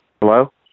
Hello